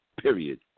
period